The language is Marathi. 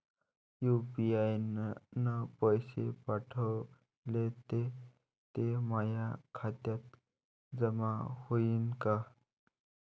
यू.पी.आय न पैसे पाठवले, ते माया खात्यात जमा होईन का?